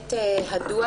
את הדוח.